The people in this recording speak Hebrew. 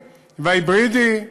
ההיברידי,